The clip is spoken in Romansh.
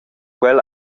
quel